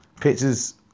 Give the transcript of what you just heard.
Pictures